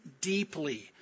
deeply